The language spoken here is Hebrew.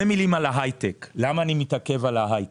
ההייטק למה אני מתעכב על ההייטק?